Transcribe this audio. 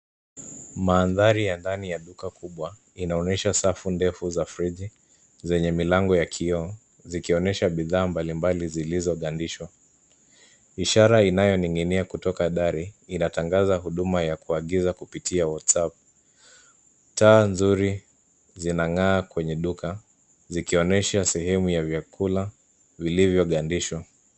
Madhari ya ndani ya duka kubwa inaonyesha safu ndefu za friji zenye milango ya kioo zikionyesha bidhaa mbalimbali zilizogandishwa. Ishara inayoninginia kutoka dhari inatangaza huduma ya kuagiza kupitia WhatsApp. Taa nzuri zinang'aa kwenye duka zikionyesha sehemu ya vyakula vilivyogandishwa.